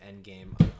Endgame